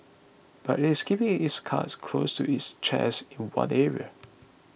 but it is keeping its cards close to its chest in one area